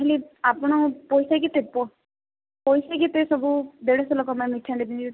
ହେଲେ ଆପଣ ପଇସା କେତେ ପଇସା କେତେ ସବୁ ଦେଢ଼ ଶହ ଲୋକଙ୍କ ପାଇଁ ମିଠା ନେବି ଯେ